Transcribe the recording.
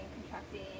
contracting